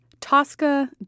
Tosca